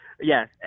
Yes